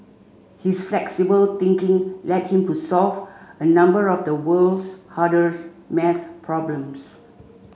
his flexible thinking led him to solve a number of the world's hardest maths problems